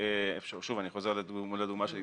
אני חוזר לדוגמה של התנגדות,